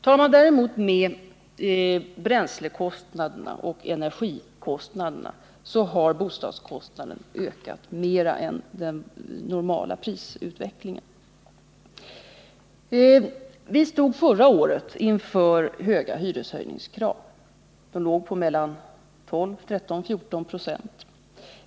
Tar man däremot också hänsyn till bränsleoch energikostnaderna finner man att bostadskostnaden har ökat mera än vad som motsvarar prisutvecklingen i övrigt. Vi stod förra året inför höga hyreshöjningskrav, som uppgick till mellan 12 och 14 96.